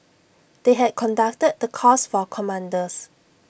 they had conducted the course for commanders